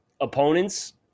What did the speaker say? opponents